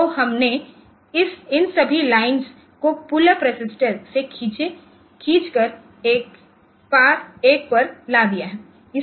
तो और हमने इन सभी लाइन्स को पुल्ल उप रेसिस्टर से खींच कर एक पर ला दिया है